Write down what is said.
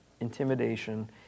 intimidation